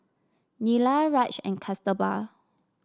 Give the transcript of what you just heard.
Neila Raj and Kasturba